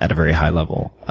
at a very high level.